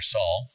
Saul